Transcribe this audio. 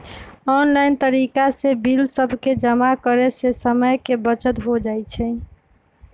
online तरिका से bill सभके जमा करे से समय के बचत हो जाइ छइ